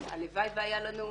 הלוואי והיו לנו,